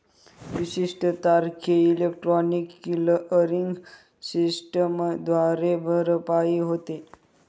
विशिष्ट तारखेला electronic clearing सिस्टमद्वारे भरपाई होते